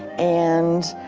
and,